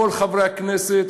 כל חברי הכנסת,